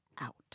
out